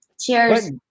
Cheers